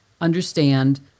understand